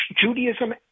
Judaism